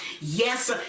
Yes